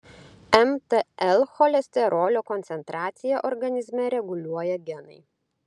mtl cholesterolio koncentraciją organizme reguliuoja genai